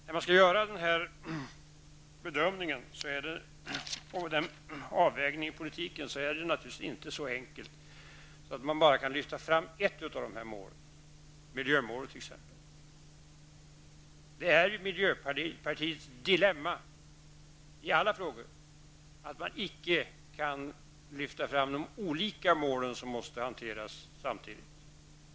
När man skall göra denna bedömning och avvägning i politiken är det naturligtvis inte så enkelt att man bara kan lyfta fram ett av målen, t.ex. miljömålet. Miljöpartiets dilemma i alla frågor är att man inte kan lyfta fram de olika mål som måste hanteras samtidigt.